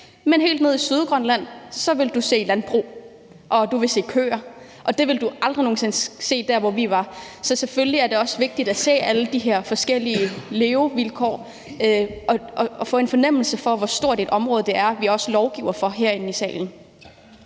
og helt nede i Sydgrønland, hvor du vil se landbrug og du vil se køer, og det ville du aldrig nogen sinde se der, hvor vi var. Så selvfølgelig er det også vigtigt at se alle de her forskellige levevilkår og få en fornemmelse af, hvor stort et område det er, vi også lovgiver for herinde i salen.